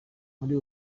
muri